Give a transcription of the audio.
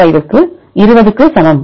05 க்கு 20 க்கு சமம்